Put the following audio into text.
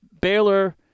Baylor